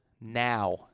now